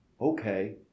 okay